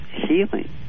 healing